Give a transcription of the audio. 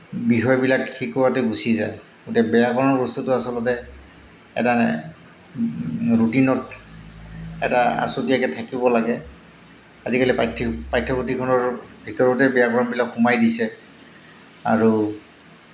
বিষয়বিলাক শিকোৱাতে গুচি যায় গতিকে ব্যাকৰণ বস্তুটো আচলতে এটা ৰুটিনত এটা আঁচুতীয়াকৈ থাকিব লাগে আজিকালি পাঠ্য পাঠ্যপুথিখনৰ ভিতৰতে ব্যাকৰণবিলাক সোমাই দিছে আৰু